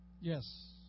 Yes